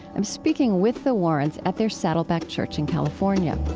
i'm speaking with the warrens at their saddleback church in california